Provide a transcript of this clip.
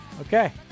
Okay